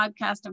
podcast